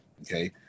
Okay